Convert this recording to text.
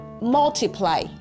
multiply